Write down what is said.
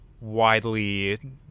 widely